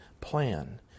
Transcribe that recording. plan